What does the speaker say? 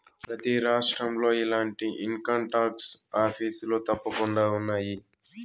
ప్రతి రాష్ట్రంలో ఇలాంటి ఇన్కంటాక్స్ ఆఫీసులు తప్పకుండా ఉన్నాయి